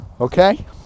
okay